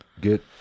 Get